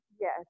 yes